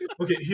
Okay